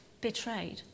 betrayed